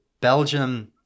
Belgium